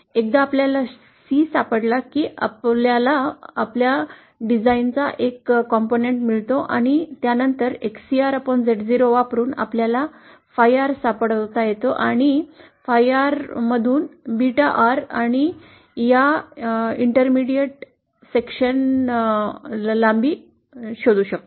एकदा आपल्याला C सापडला की आपल्याला आपल्या डिझाइनचा एक घटक मिळतो आणि त्यानंतर XcrZ0 वापरुन आपल्याला phi R सापडतात आणि phi R मधून beta R आणि या इंटरमीडिएट सेक्शनची लांबी शोधू शकतो